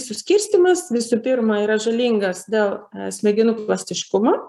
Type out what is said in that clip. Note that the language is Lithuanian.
suskirstymas visų pirma yra žalingas dėl smegenų plastiškumo